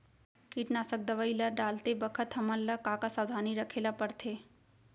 कीटनाशक दवई ल डालते बखत हमन ल का का सावधानी रखें ल पड़थे?